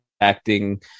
acting